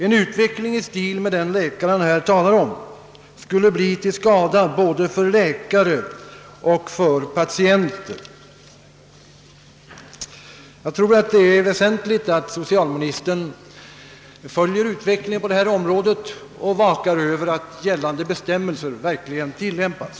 En utveckling i en sådan riktning som denne läkare nämnde skulle vara till skada för både läkare och patienter. Jag tror att det är väsentligt att socialministern följer utvecklingen på detta område och vakar över att gällande bestämmelser verkligen tillämpas.